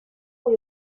pour